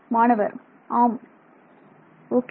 மாணவர் ஆம் ஓகே